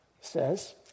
says